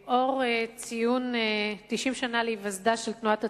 לרגל ציון 90 שנה להיווסדה של תנועת הצופים,